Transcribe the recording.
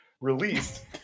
released